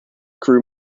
crew